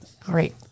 Great